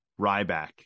Ryback